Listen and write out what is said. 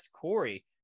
Corey